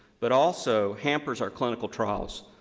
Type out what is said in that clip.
but also hammered our clinical traumas.